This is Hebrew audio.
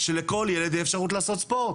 שלכל ילד תהיה אפשרות לעשות ספורט.